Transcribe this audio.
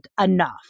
enough